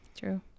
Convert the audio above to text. True